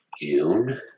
june